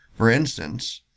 for instance,